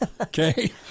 Okay